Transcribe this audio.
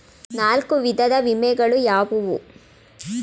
ನಾಲ್ಕು ವಿಧದ ವಿಮೆಗಳು ಯಾವುವು?